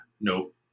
nope